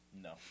No